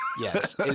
Yes